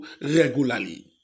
regularly